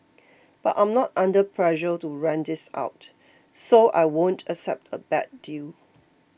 but I'm not under pressure to rent this out so I won't accept a bad deal